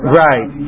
right